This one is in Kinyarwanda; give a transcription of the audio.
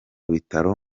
bitaro